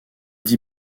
dis